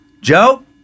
Joe